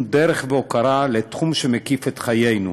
דרך והוקרה לתחום שמקיף את חיינו.